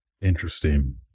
interesting